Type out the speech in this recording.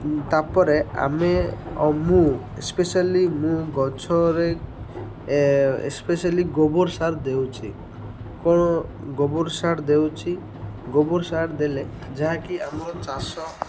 ତା'ପରେ ଆମେ ଆଉ ମୁଁ ଏସ୍ପେସିଆଲି ମୁଁ ଗଛରେ ଏସ୍ପେସିଆଲି ଗୋବର ସାର ଦେଉଛି କ'ଣ ଗୋବର ସାର ଦେଉଛି ଗୋବର ସାର ଦେଲେ ଯାହାକି ଆମର ଚାଷ